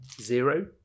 Zero